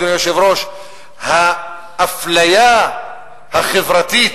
אדוני היושב-ראש: האפליה החברתית